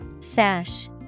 Sash